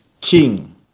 king